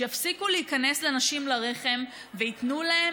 שיפסיקו להיכנס לנשים לרחם וייתנו להן